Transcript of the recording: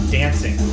dancing